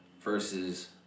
versus